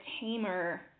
tamer